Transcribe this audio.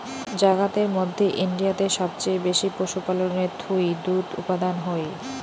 জাগাতের মধ্যে ইন্ডিয়াতে সবচেয়ে বেশি পশুপালনের থুই দুধ উপাদান হই